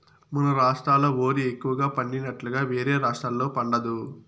మన రాష్ట్రాల ఓరి ఎక్కువగా పండినట్లుగా వేరే రాష్టాల్లో పండదు